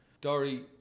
Dory